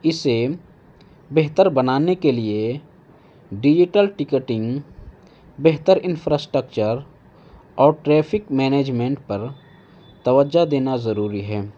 اسے بہتر بنانے کے لیے ڈیجیٹل ٹکٹنگ بہتر انفراسٹکچر اور ٹریفک مینجمنٹ پر توجہ دینا ضروری ہے